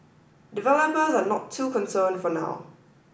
developers are not too concerned for now